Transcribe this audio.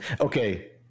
Okay